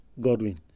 Godwin